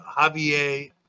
Javier